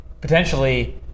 potentially